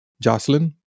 Jocelyn